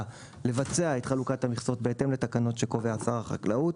לבצע את חלוקת המכסות בהתאם לתקנות שקובע שר החקלאות.